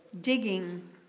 digging